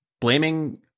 Blaming